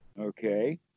Okay